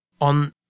on